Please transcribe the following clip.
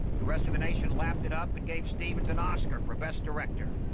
the rest of the nation lapped it up and gave stevens an oscar for best director.